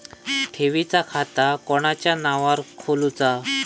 ठेवीचा खाता कोणाच्या नावार खोलूचा?